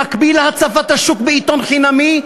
במקביל להצפת השוק בעיתון חינמי,